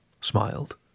smiled